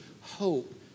hope